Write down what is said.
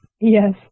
yes